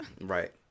right